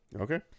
Okay